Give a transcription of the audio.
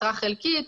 משרה חלקית.